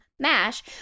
MASH